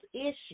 issues